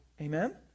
amen